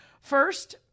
first –